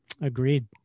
Agreed